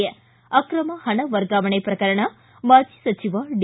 ಿ ಅಕ್ರಮ ಹಣ ವರ್ಗಾವಣೆ ಪ್ರಕರಣ ಮಾಜಿ ಸಚಿವ ಡಿ